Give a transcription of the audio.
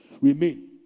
remain